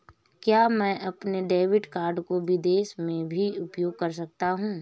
क्या मैं अपने डेबिट कार्ड को विदेश में भी उपयोग कर सकता हूं?